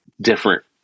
different